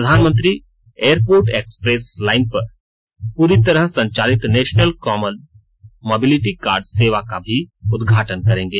प्रधानमंत्री airport express line पर पूरी तरह संचालित नेशनल कॉमन मोबिलिटी कार्ड सेवा का भी उद्घाटन करेंगे